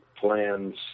plans